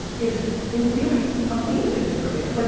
is in theory, amazing for creative. like